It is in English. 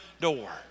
door